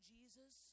Jesus